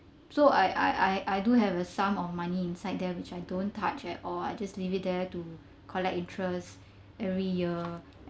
so I I I I do have a sum of money inside there which I don't touch at all I just leave it there to collect interest every year